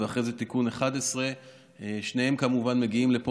ואחרי זה תיקון מס' 11. שניהם כמובן מגיעים לפה